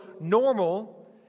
normal